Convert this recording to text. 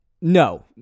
no